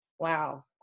Wow